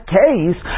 case